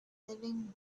living